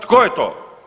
Tko je to?